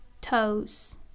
toes